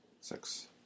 Six